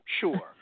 sure